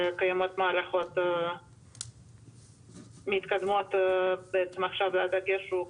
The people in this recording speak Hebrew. וקיימות מערכות מתקדמות ועכשיו הדגש הוא,